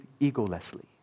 egolessly